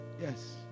Yes